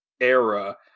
era